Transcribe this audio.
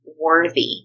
worthy